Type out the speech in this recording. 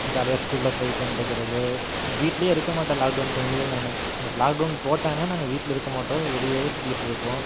ஜாலியாக ஸ்கூலில் போய் உட்காந்ட்டு இருக்கறது வீட்லையே இருக்க மாட்டேன் லாக்டவுன் டைம்லலாம் நான் பட் லாக்டவுன் போட்டாங்க நாங்கள் வீட்டில் இருக்க மாட்டோம் வெளியவே தான் சுற்றிட்டு இருப்போம்